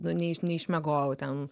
nu neiš neišmiegojau ten